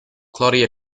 claudia